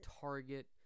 Target